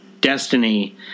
Destiny